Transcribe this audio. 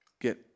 get